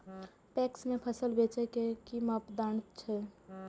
PACS में फसल बेचे के कि मापदंड छै?